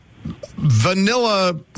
vanilla